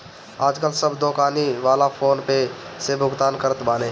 आजकाल सब दोकानी वाला फ़ोन पे से भुगतान करत बाने